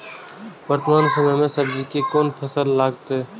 वर्तमान समय में सब्जी के कोन फसल लागत?